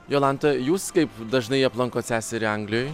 jolanta jūs kaip dažnai aplankot seserį anglijoj